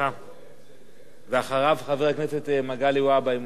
אחריו, חבר הכנסת מגלי והבה, אם הוא נמצא.